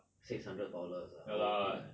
six hundred dollars ah okay